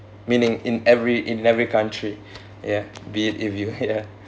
meaning in every in every country ya be it if you ya